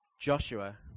Joshua